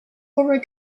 horror